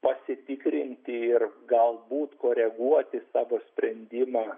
pasitikrinti ir galbūt koreguoti savo sprendimą